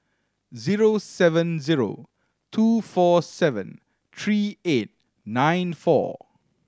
zero seven zero two four seven three eight nine four